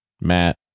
Matt